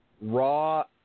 Raw